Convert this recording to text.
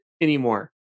anymore